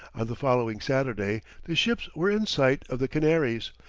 the following saturday, the ships were in sight of the canaries,